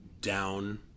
down